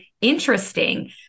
interesting